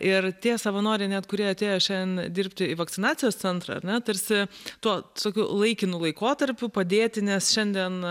ir tie savanoriai net kurie atėjo šiandien dirbti į vakcinacijos centrą ar ne tarsi tuo tokiu laikinu laikotarpiu padėti nes šiandien